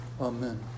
Amen